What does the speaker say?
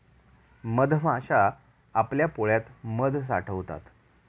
मधमाश्या आपल्या पोळ्यात मध साठवतात